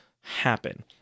happen